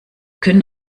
können